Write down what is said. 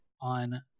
on